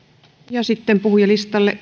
hitaammin sitten puhujalistalle